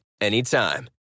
anytime